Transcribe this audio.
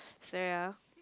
so ya